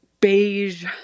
beige